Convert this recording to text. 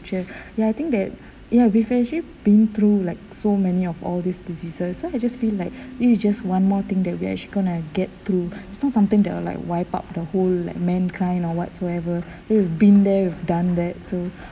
true ya I think that been through like so many of all these diseases so I just feel like it is just one more thing that we actually going to get through so something that are like wipe out the whole like mankind or whatsoever we've been there we've done that so